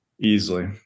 Easily